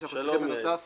בנוסף